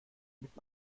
mit